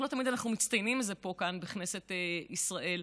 לא תמיד אנחנו מצטיינים בזה כאן, בכנסת ישראל,